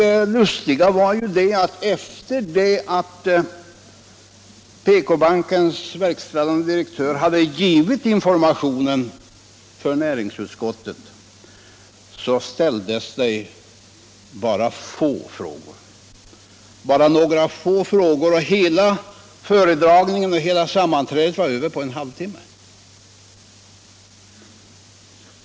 Det lustiga var att sedan PK bankens verkställande direktör hade givit sin information inför näringsutskottet, så ställdes det bara några få frågor. Hela sammanträdet var över på en halv timme.